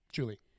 Julie